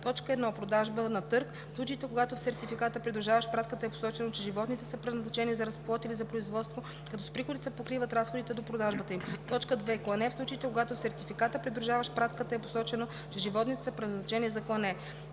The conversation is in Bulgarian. за: 1. продажба на търг – в случаите, когато в сертификата, придружаващ пратката, е посочено, че животните са предназначени за разплод или за производство, като с приходите се покриват разходите до продажбата им; 2. клане – в случаите, когато в сертификата, придружаващ пратката, е посочено, че животните са предназначени за клане.